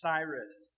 Cyrus